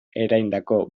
ereindako